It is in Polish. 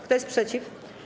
Kto jest przeciw?